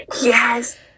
yes